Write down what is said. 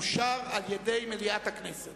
אושרו על-ידי מליאת הכנסת